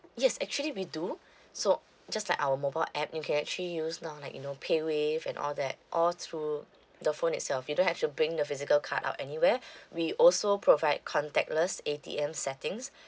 yes actually we do so just like our mobile app you can actually use now like you know paywave and all that all through the phone itself you don't have to bring the physical card out anywhere we also provide contactless A_T_M settings